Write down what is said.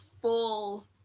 full